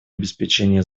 обеспечения